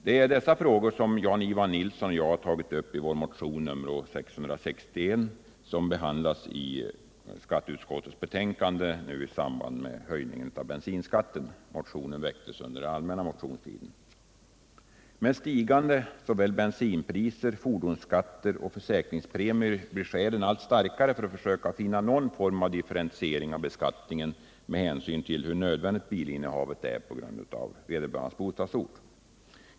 Det är dessa frågor som Jan-Ivan Nilsson och jag tagit upp i vår motion 1661, som behandlas i skatteutskottets betänkande om höjning av bensinskatten — motionen väcktes under allmänna motionstiden. Med stigande bensinpriser, fordonsskatter och försäkringspremier blir skälen allt starkare för att försöka finna någon form av differentiering av beskattningen med hänsyn till hur nödvändigt bilinnehavet är på grund av vederbörandes bostadsort.